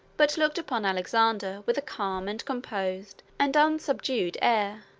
but looked upon alexander with a calm, and composed, and unsubdued air,